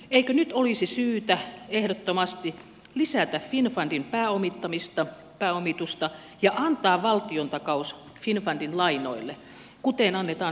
eikö nyt olisi syytä ehdottomasti lisätä finnfundin pääomitusta ja antaa valtiontakaus finnfundin lainoille kuten annetaan finnverankin lainoille